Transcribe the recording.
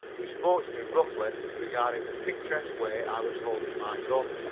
who spoke to me roughly regarding the picturesque way i was holding my gun.